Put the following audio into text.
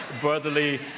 brotherly